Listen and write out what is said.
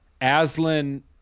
Aslan